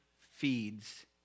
feeds